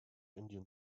indian